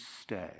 stay